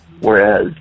whereas